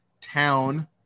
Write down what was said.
town